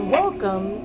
welcome